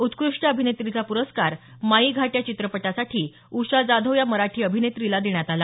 उत्क्रष्ट अभिनेत्रीचा प्रस्कार माई घाट या चित्रपटासाठी उषा जाधव या मराठी अभिनेत्रीला देण्यात आला